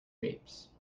grapes